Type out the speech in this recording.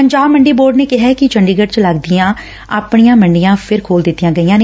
Punjab Mandi board ਨੇ ਕਿਹੈ ਕਿ ਚੰਡੀਗੜ੍ ਚ ਲਗਦੀਆਂ ਆਪਣੀ ਮੰਡੀਆਂ ਫਿਰ ਖੋਲੁ ਦਿੱਤੀਆਂ ਗਈਆਂ ਨੇ